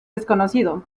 desconocido